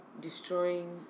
destroying